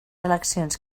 eleccions